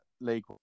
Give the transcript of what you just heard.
league